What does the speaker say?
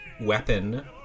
weapon